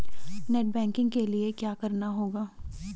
Net banking के लिए क्या करना होगा?